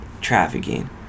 Trafficking